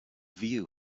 view